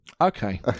Okay